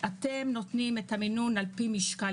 אתם נותנים את המינון לפי משקל.